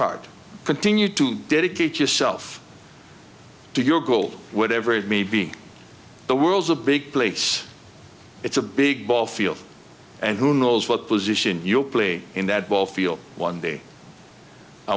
hard continue to dedicate yourself to your goal whatever it may be the world's a big place it's a big ball field and who knows what position you'll play in that ball field one day i